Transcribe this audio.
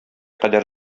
кадәр